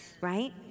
Right